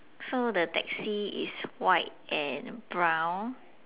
so the taxi is white and brown